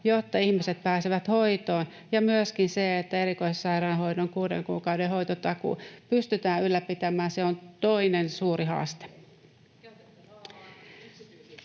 jotta ihmiset pääsevät hoitoon. Ja se, että erikoissairaanhoidon kuuden kuukauden hoitotakuu pystytään ylläpitämään, on toinen suuri haaste.